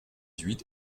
huit